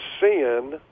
sin